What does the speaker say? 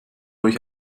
euch